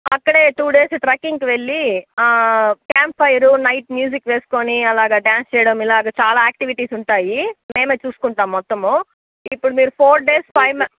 అక్కడే two days ట్రెక్కింగ్కి వెళ్ళి క్యాంప్ఫైర్ నైట్ మ్యూజిక్ వేసుకుని అలాగా డాన్స్ చేయడము ఇలాగా చాలా యాక్టివిటీస్ ఉంటాయి మేమే చూసుకుంటాము మొత్తము ఇప్పుడు మీరు ఫోర్ డేస్ ఫైవ్